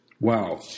Wow